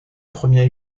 premier